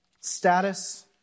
status